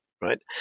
right